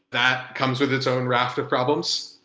that comes with its own raft of problems.